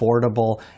affordable